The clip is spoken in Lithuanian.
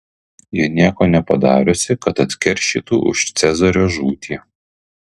ji nieko nepadariusi kad atkeršytų už cezario žūtį